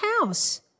house